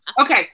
Okay